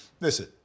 listen